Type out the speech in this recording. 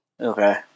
Okay